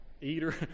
eater